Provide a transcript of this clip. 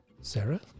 Sarah